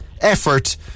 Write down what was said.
effort